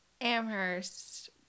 Amherst